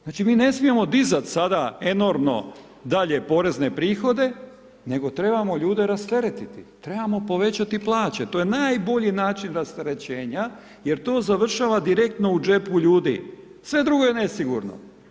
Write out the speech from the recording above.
Znači mi ne smijemo dizati sada enormno dalje porezne prihode nego trebamo ljude rasteretiti, trebamo povećati plaće, to je najbolji način rasterećenja jer to završava direktno u džepu ljudi, sve drugo je nesigurno.